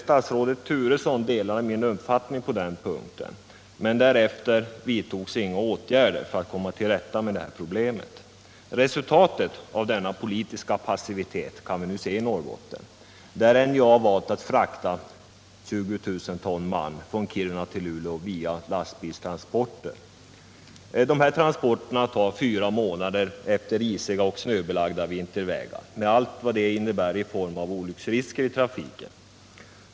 Statsrådet Turesson delade min uppfattning på den punkten. Men därefter vidtogs inga åtgärder för att komma till rätta med problemet. Resultatet av denna politiska passivitet kan vi nu se i Norrbotten, där NJA valt att frakta 20000 ton malm från Kiruna till Luleå med lastbil. Dessa transporter tar fyra månader på isoch snöbelagda vintervägar med allt vad det innebär i form av olycksrisker i trafiken.